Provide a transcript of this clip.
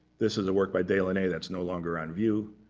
this is the work by delaunay that's no longer on view.